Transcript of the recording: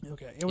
Okay